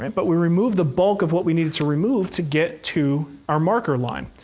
and but we removed the bulk of what we needed to remove to get to our marker line.